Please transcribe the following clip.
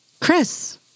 Chris